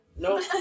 No